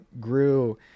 grew